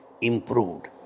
improved